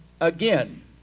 again